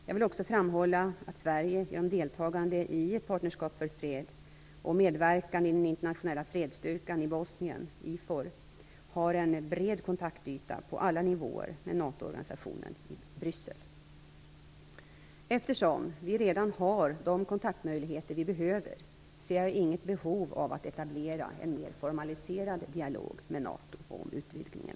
Jag vill också framhålla att Sverige genom deltagande i Partnerskap för fred och medverkan i den internationella fredsstyrkan i Bosnien, IFOR, har en bred kontaktyta på alla nivåer med NATO-organisationen i Eftersom vi redan har de kontaktmöjligheter vi behöver ser jag inget behov av att etablera en mer formaliserad dialog med NATO om utvidgningen.